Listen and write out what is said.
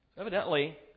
Evidently